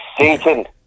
Satan